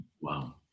Wow